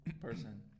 person